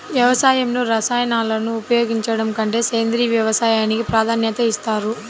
వ్యవసాయంలో రసాయనాలను ఉపయోగించడం కంటే సేంద్రియ వ్యవసాయానికి ప్రాధాన్యత ఇస్తారు